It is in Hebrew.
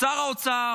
שר האוצר,